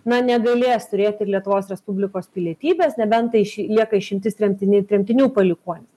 na negalės turėti lietuvos respublikos pilietybės nebent tai iš lieka išimtis tremtiniai ir tremtinių palikuonys